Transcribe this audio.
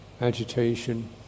agitation